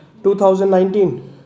2019